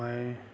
মই